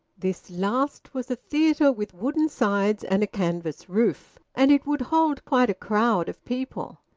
this last was a theatre with wooden sides and a canvas roof, and it would hold quite a crowd of people.